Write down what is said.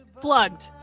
Plugged